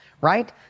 Right